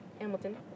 Hamilton